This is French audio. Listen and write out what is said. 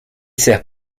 sert